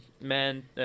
man